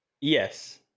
Yes